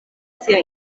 sia